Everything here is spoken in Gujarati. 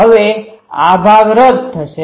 હવે આ ભાગ રદ થશે